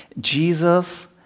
Jesus